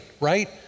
right